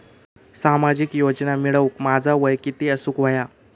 सामाजिक योजना मिळवूक माझा वय किती असूक व्हया?